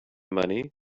money